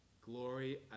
glory